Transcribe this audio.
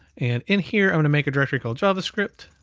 and in here i want to make a directory called javascript,